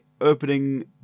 opening